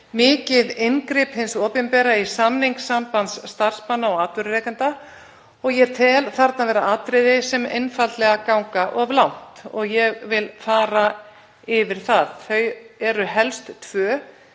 mikið inngrip hins opinbera í samningssamband starfsmanna og atvinnurekanda. Ég tel þarna vera atriði sem ganga einfaldlega of langt og vil ég fara yfir það. Þau eru helst tvö,